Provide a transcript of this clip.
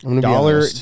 dollar